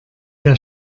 der